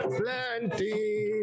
plenty